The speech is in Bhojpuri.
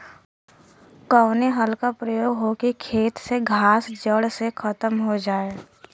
कवने हल क प्रयोग हो कि खेत से घास जड़ से खतम हो जाए?